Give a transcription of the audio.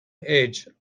edge